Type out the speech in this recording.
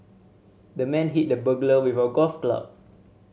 the man hit the burglar with a golf club